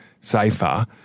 safer